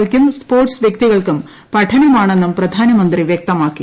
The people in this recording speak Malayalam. ഒ ക്കും സ്പോർട്സ് വൃക്തികൾക്കും പഠനമാണെന്നും പ്രധാനമന്ത്രി വ്യക്തമാക്കി